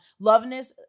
loveness